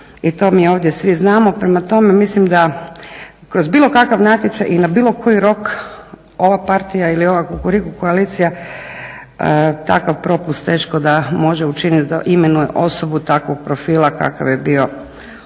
i to mi ovdje svi znamo. prema tome mislim da kroz bilo kakav natječaj i na bilo koji rok ova partija ili ova Kukuriku koalicija takav propust teško da može učiniti da imenuje osobu takvog profila kakav je bio onaj